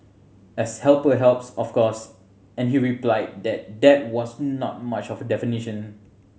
as helper helps of course and he replied that that was not much of a definition